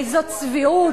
איזו צביעות.